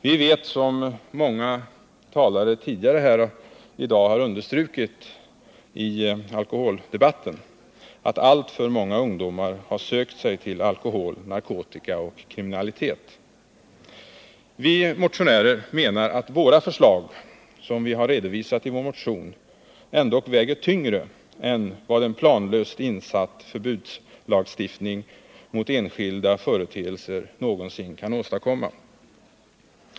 Vi vet — som många talare tidigare i alkoholdebatten i dag har understrukit — att alltför många ungdomar har sökt sig till alkohol, narkotika och kriminalitet. Vi motionärer menar att de förslag, som vi har redovisat i vår motion, ändock väger tyngre än vad en planlöst insatt förbudslagstiftning mot enskilda företeelser någonsin kan göra.